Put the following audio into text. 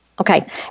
Okay